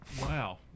Wow